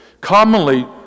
commonly